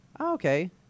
okay